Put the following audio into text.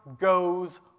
goes